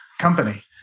company